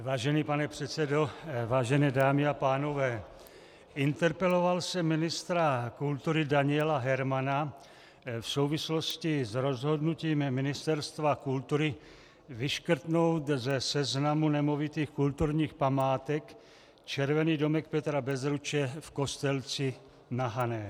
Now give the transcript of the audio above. Vážený pane předsedo, vážené dámy a pánové, interpeloval jsem ministra kultury Daniela Hermana v souvislosti s rozhodnutím Ministerstva kultury vyškrtnout ze seznamu nemovitých kulturních památek Červený domek Petra Bezruče v Kostelci na Hané.